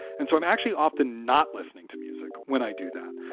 and so i'm actually often not listening to music when i do that.